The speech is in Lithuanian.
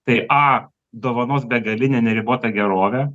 tai a dovanos begalinę neribotą gerovę